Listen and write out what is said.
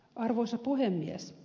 arvoisa puhemies